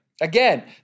Again